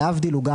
להבדיל, הוא גם